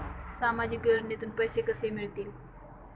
सामाजिक योजनेतून पैसे कसे मिळतील?